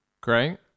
Great